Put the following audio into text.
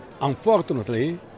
unfortunately